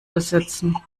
besitzen